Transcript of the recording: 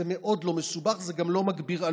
זה מאוד לא מסובך וזה גם לא מגביר עלויות.